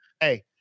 hey